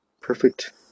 perfect